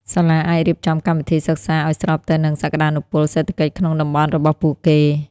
សាលាអាចរៀបចំកម្មវិធីសិក្សាឱ្យស្របទៅនឹងសក្តានុពលសេដ្ឋកិច្ចក្នុងតំបន់របស់ពួកគេ។